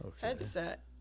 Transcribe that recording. headset